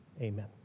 amen